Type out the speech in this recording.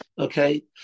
Okay